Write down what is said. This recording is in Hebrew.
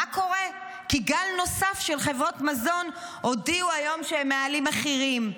כי גל נוסף של חברות מזון הודיעו היום שהן מעלות מחירים: